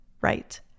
right